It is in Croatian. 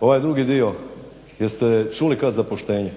Ovaj drugi dio, jeste čuli kad za poštenje?